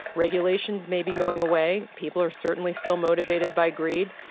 regulations may be going away. people are certainly still motivated by greed.